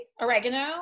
Oregano